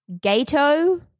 Gato